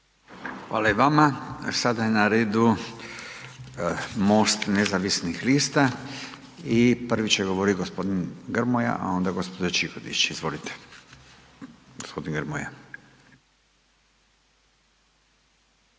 Hvala i vama. Sada je na redu Most nezavisnih lista i prvi će govoriti g. Grmoja, a onda gđa. Čikotić, izvolite, g. Grmoja.